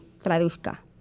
traduzca